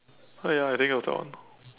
uh ya I think it was that one